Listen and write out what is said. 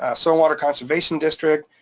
ah so water conservation district,